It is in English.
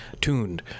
tuned